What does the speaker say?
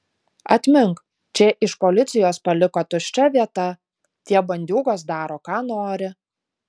atmink čia iš policijos paliko tuščia vieta tie bandiūgos daro ką nori